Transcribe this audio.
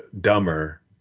dumber